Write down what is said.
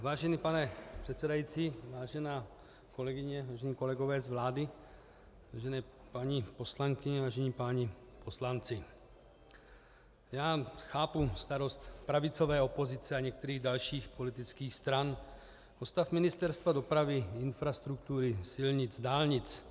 Vážený pane předsedající, vážená kolegyně, vážení kolegové z vlády, vážené paní poslankyně, vážení páni poslanci, já chápu starost pravicové opozice a některých dalších politických stran o stav Ministerstva dopravy, infrastruktury silnic, dálnic.